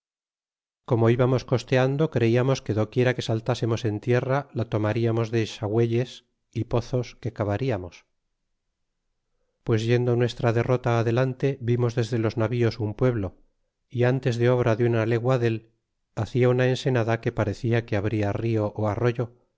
como ibamos costeando darnos que do quiera que saltasemos en tierra la tomariarnos de xagueyes y pozos que cavariamos pues yendo nuestra derrota adelante vimos desde los navíos un pueblo y antes de obra de una legua del hacia una ensenada que pamela que abria rio arroyo